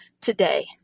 today